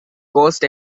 caused